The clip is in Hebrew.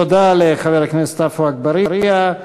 תודה לחבר הכנסת עפו אגבאריה.